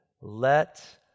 Let